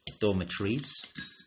dormitories